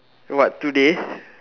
what today